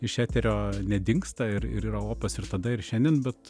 iš eterio nedingsta ir ir yra opios ir tada ir šiandien bet